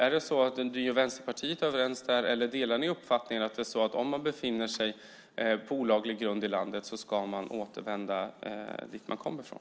Är ni och Vänsterpartiet överens där, eller delar ni uppfattningen att om man befinner sig på olaglig grund i landet så ska man återvända dit man kommer ifrån?